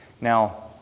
Now